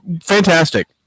fantastic